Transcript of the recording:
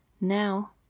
Now